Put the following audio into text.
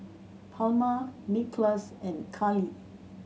Palma Nicklaus and Kali